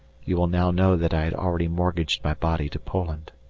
you will now know that i had already mortgaged my body to poland.